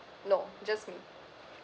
no just me